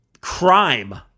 crime